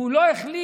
והוא לא החליט,